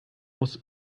was